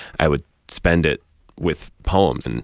i would spend it with poems. and